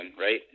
right